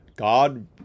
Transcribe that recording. God